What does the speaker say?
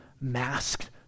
masked